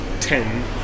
ten